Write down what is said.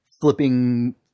flipping